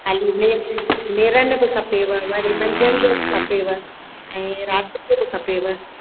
खाली नेर नेरनि खपेव वरी मंझंदि जो खपेव ऐं राति जो खपेव